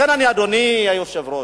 לכן, אדוני היושב-ראש,